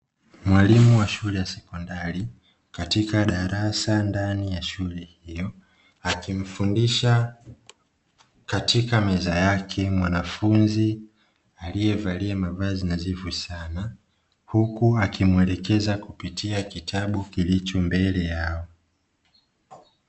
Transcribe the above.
Mwalimu wa shule ya sekondari katika darasa ndani ya shule hiyo akimfudisha katika meza yake mwanafunzi aliye valia mavazi nazifu sana, huku akimwelekeza kupitia kitabu kilicho mbele yao.